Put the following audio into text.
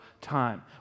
time